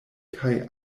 kaj